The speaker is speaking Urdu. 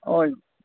اور